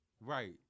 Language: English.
Right